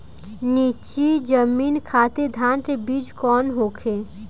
नीची जमीन खातिर धान के बीज कौन होखे?